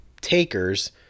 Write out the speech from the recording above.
takers